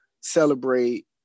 celebrate